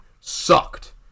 sucked